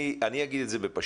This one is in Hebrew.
אני אגיד את זה בפשטות,